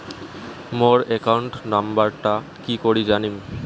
মোর account নাম্বারটা কি করি জানিম?